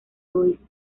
egoísta